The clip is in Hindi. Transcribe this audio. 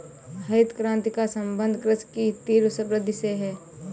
हरित क्रान्ति का सम्बन्ध कृषि की तीव्र वृद्धि से है